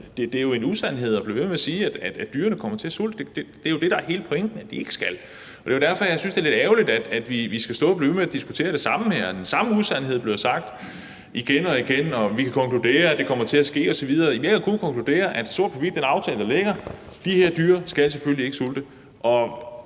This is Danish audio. bliver ved med at sige, at dyrene kommer til at sulte. Det er jo hele pointen, at de ikke skal det. Og det er derfor, jeg synes, at det er lidt ærgerligt, at vi skal stå og blive ved med at diskutere det samme her, og at den samme usandhed bliver sagt igen og igen – at man kan konkludere, at det kommer til at ske osv. Jeg kan kun konkludere ud fra den aftale, der ligger – sort på hvidt – at de her dyr selvfølgelig ikke skal